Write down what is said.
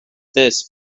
this